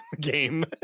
game